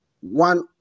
one